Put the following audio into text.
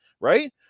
right